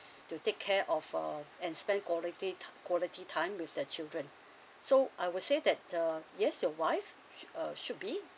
to take care of uh and spend quality ti~ quality time with the children so I would say that uh yes your wife sh~ uh should be